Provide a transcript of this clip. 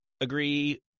agree